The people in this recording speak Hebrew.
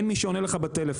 אין מי שעונה לך בטלפון,